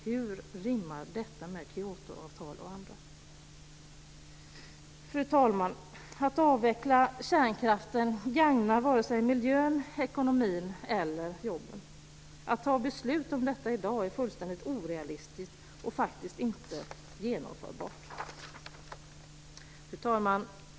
Hur rimmar detta med Kyotoavtal och annat? Fru talman! Att avveckla kärnkraften gagnar varken miljön, ekonomin eller jobben. Att ta beslut om detta i dag är fullständigt orealistiskt och faktiskt inte genomförbart.